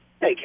Hey